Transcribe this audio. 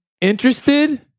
interested